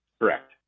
Correct